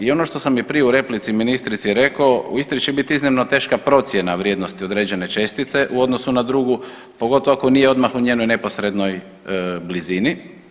I ono što sam i prije u replici ministrici rekao u Istri će biti iznimno teška procjena vrijednosti određene čestice u odnosu na drugu pogotovo ako nije odmah u njenoj neposrednoj blizini.